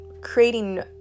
creating